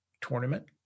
tournament